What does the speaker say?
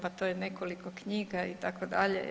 Pa to je nekoliko knjiga itd.